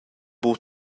buca